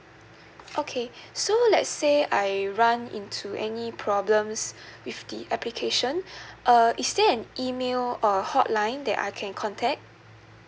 okay so let's say I run into any problems with the application uh is there an email or a hotline that I can contact